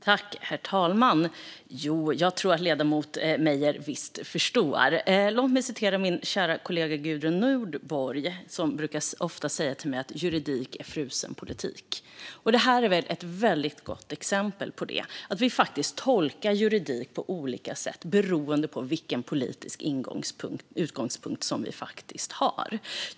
Herr talman! Jag tror att ledamoten Meijer visst förstår. Låt mig citera min kära kollega Gudrun Nordborg, som brukar säga till mig att juridik är frusen politik. Det här är ett väldigt gott exempel på det - att vi faktiskt tolkar juridik på olika sätt beroende på vilken politisk utgångspunkt som vi har.